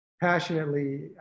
passionately